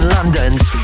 London's